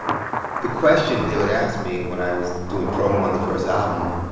the questions they would ask me when i was doing promo on the first album,